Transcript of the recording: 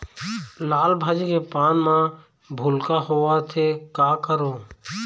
लाल भाजी के पान म भूलका होवथे, का करों?